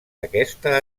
aquesta